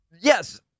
yes